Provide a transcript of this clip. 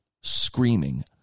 screaming